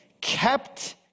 kept